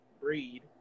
breed